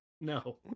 No